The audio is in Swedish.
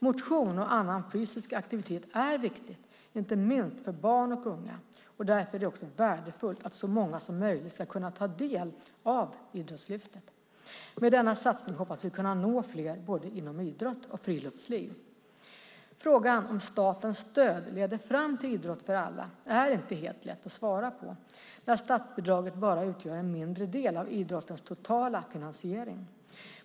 Motion och annan fysisk aktivitet är viktigt, inte minst för barn och unga. Därför är det värdefullt att så många som möjligt ska kunna ta del av Idrottslyftet. Med denna satsning hoppas vi kunna nå fler, både inom idrott och inom friluftsliv. Frågan om statens stöd leder fram till idrott för alla är inte helt lätt att svara på då statsbidraget endast utgör en mindre del av idrottens totala finansiering.